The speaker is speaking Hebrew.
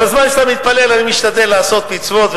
בזמן שאתה מתפלל אני משתדל לעשות מצוות,